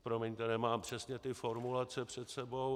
Promiňte, nemám přesně ty formulace před sebou.